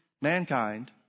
mankind